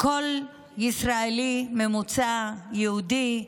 כל ישראלי ממוצע, יהודי,